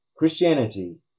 Christianity